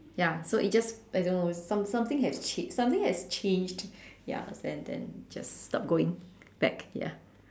ya so it just I know some~ some~ something has change something has changed ya then then just stopped going back ya